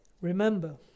Remember